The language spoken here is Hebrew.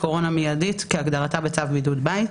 קורונה מיידית" כהגדרתה בצו בידוד בית.